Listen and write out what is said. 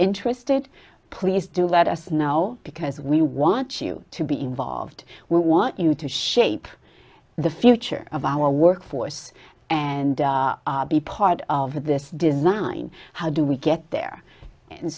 interested please do let us now because we want you to be involved we want you to shape the future of our workforce and be part of this design how do we get there and